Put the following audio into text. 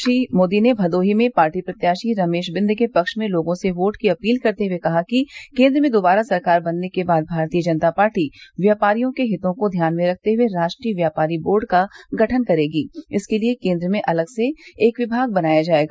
श्री मोदी ने भदोही में पार्टी प्रत्याशी रमेश बिन्द के पक्ष में लोगों से वोट की अपील करते हुए कहा कि केन्द्र में दोबारा सरकार बनने के बाद भारतीय जनता पार्टी व्यापारियों के हितों को ध्यान में रखते हए राष्ट्रीय व्यापारी बोर्ड का गठन करेगी इसके लिए केन्द्र में अलग से एक विमाग बनाया जायेगा